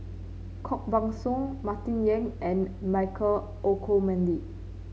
Koh Buck Song Martin Yan and Michael Olcomendy